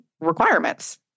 requirements